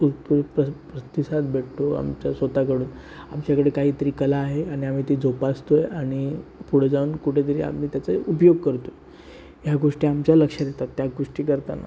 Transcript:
उत्कृष्ट प्रतिसाद भेटतो आमच्या स्वतःकडून आमच्याकडे काहीतरी कला आहे आणि आम्ही ती जोपासतो आहे आणि पुढे जाऊन कुठेतरी आम्ही त्याचा उपयोग करतो ह्या गोष्टी आमच्या लक्षात येतात त्या गोष्टी करताना